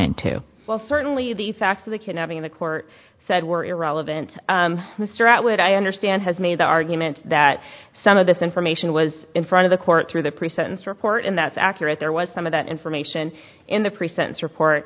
into well certainly the facts of the kidnapping in the court said were irrelevant mr out would i understand has made the argument that some of this information was in front of the court through the pre sentence report and that's accurate there was some of that information in the pre sentence report